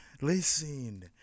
Listen